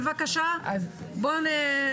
בבקשה, בואו נמשיך.